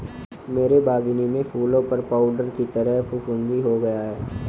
मेरे बगानी में फूलों पर पाउडर की तरह फुफुदी हो गया हैं